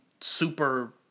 super